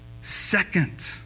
second